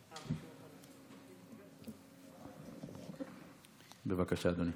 בבקשה, אדוני.